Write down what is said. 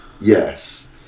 Yes